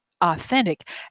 authentic